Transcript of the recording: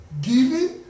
giving